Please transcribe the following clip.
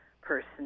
person